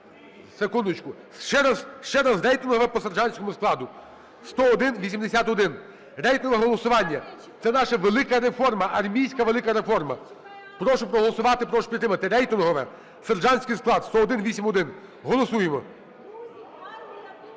Секундочку. Ще раз рейтингове по сержантському складу 10181. Рейтингове голосування. Це наша велика реформа, армійська велика реформа. Прошу проголосувати, прошу підтримати. Рейтингове. Сержантський склад (10181) голосуємо.